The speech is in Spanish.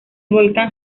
volcán